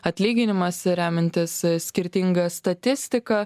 atlyginimas remiantis skirtinga statistika